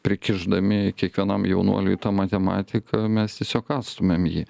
prikišdami kiekvienam jaunuoliui tą matematiką mes tiesiog atstumiam jį